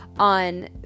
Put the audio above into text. On